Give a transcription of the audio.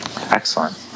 Excellent